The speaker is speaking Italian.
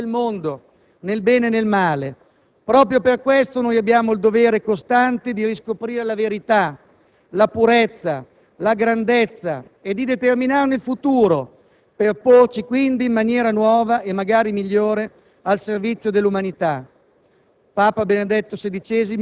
che ha determinato le sorti del mondo, nel bene e nel male. Proprio per questo noi abbiamo il dovere costante di riscoprire la verità, la purezza, la grandezza e di determinarne il futuro, per porci quindi in maniera nuova, e magari migliore, al servizio dell'umanità».